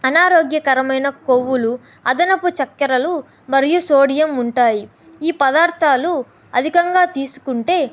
అనారోగ్యకరమైన కొవ్వులు అదనపు చక్కెరలు మరియు సోడియం ఉంటాయి ఈ పదార్థాలు అధికంగా తీసుకుంటే